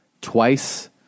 twice